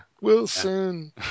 Wilson